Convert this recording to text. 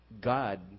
God